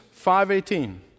5.18